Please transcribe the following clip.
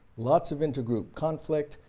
lots of inter-group conflict,